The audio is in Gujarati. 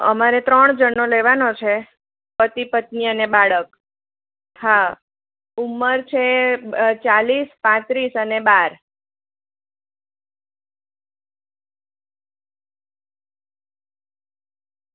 અમારે ત્રણ જણનો લેવાનો છે પતિ પત્ની અને બાળક હા ઉંમર છે ચાલીસ પાત્રીસ અને બાર